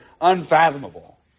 unfathomable